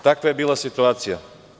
Takva je bila situacija.